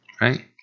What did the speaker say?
right